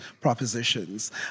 propositions